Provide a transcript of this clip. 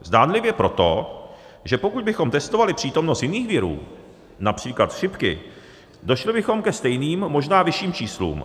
Zdánlivě proto, že pokud bychom testovali přítomnost jiných virů, například chřipky, došli bychom ke stejným, možná vyšším číslům.